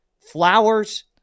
Flowers